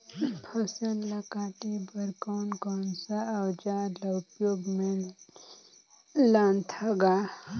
फसल ल काटे बर कौन कौन सा अउजार ल उपयोग में लानथा गा